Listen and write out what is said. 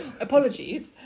Apologies